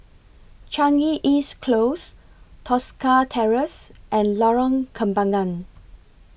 Changi East Close Tosca Terrace and Lorong Kembangan